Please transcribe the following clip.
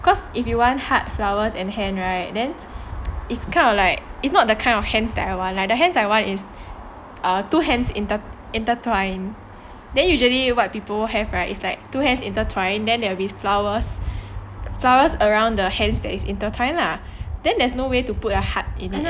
cause if you want had flowers and hand right then it's kind of like it's not the kind of hands that are like the hands I one is a two hands intertwine then usually what people have right it's like two hands intertwined then there will be flowers flowers around the hands there is intertwined lah then there's no way to put your heart into